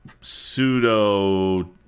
pseudo